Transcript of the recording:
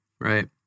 right